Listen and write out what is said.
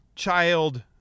child